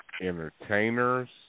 entertainers